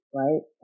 right